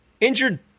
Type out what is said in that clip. injured